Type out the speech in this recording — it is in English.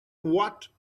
what